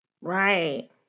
Right